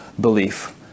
belief